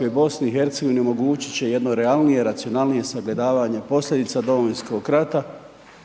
i BiH omogućit će jedno realnije, racionalnije sagledavanje posljedica Domovinskog rata